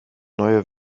neue